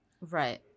Right